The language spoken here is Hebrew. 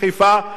מסתכלים,